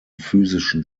physischen